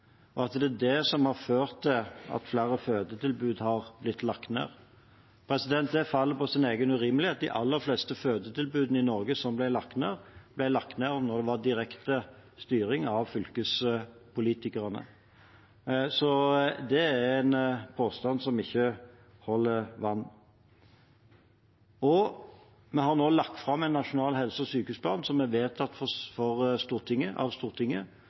og at det er det som har ført til at flere fødetilbud har blitt lagt ned. Det faller på sin egen urimelighet. De aller fleste fødetilbudene i Norge som ble lagt ned, ble lagt ned da det var direkte styring av fylkespolitikerne, så det er en påstand som ikke holder vann. Vi har nå lagt fram en nasjonal helse og sykehusplan som er vedtatt av Stortinget,